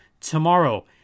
Tomorrow